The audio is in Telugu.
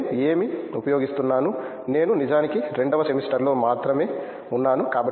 నేను ఏమి ఉపయోగిస్తాను నేను నిజానికి రెండవ సెమిస్టర్లో మాత్రమే ఉన్నాను